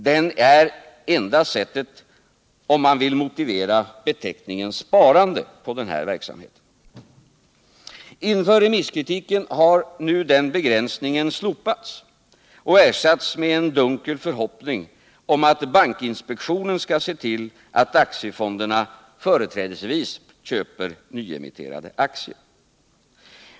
Det är enda sättet att motivera beteckningen sparande på den här verksamheten. Inför remisskritiken har nu den begränsningen slopats och ersatts med cn dunkel förhoppning om att bankinspektionen skall se till att aktiefonderna företrädesvis köper nyemitterade aktier.